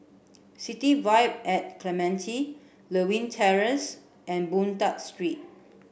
City Vibe at Clementi Lewin Terrace and Boon Tat Street